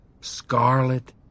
scarlet